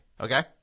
okay